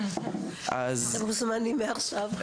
אתם מוזמנים מעכשיו.